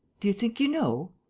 do you think you know?